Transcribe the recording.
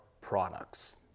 products